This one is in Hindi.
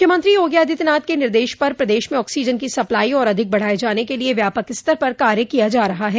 मुख्यमंत्री योगी आदित्यनाथ के निर्देश पर प्रदेश में ऑक्सीजन की सप्लाई और अधिक बढ़ाये जाने के लिये व्यापक स्तर पर कार्य किया जा रहा है